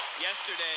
Yesterday